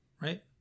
Right